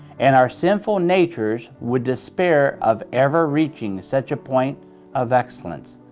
and our sinful natures would despair of ever reaching such a point of excellence.